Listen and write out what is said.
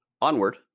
onward